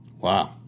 Wow